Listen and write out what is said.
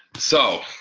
so,